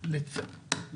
בנוסף,